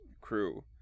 crew